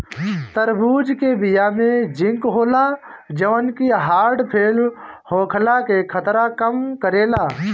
तरबूज के बिया में जिंक होला जवन की हर्ट फेल होखला के खतरा कम करेला